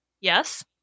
Yes